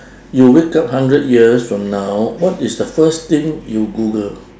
you wake up hundred years from now what is the first thing you google